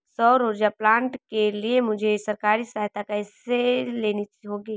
सौर ऊर्जा प्लांट के लिए मुझे सरकारी सहायता कैसे लेनी होगी?